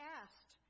asked